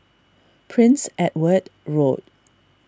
Prince Edward Road